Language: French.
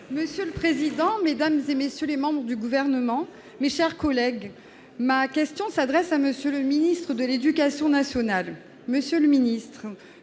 Monsieur le président, mesdames, messieurs les membres du Gouvernement, mes chers collègues, ma question s'adresse à M. le ministre de l'éducation nationale et de la jeunesse.